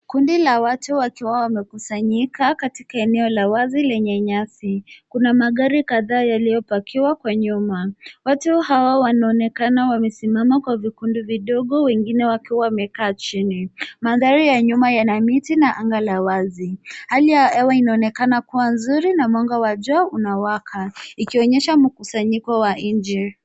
Kundi la watu wakiwa wamekusanyika katika eneo la wazi lenye nyasi. Kuna magari kadhaa yaliyopakiwa kwa nyuma. Watu hawa wanaonekana wamesimama kwa vikundi vidogo wengine wakiwa wamekaa chini. Mandhari ya nyuma yana miti na anga la wazi. Hali ya hewa inaonekana kuwa nzuri na mwanga wa jua unawaka ikionyesha mkusanyiko wa nje.